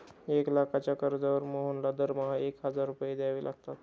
एक लाखाच्या कर्जावर मोहनला दरमहा एक हजार रुपये द्यावे लागतात